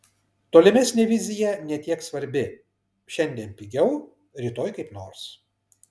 tolimesnė vizija ne tiek svarbi šiandien pigiau rytoj kaip nors